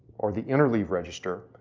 or the interleave register,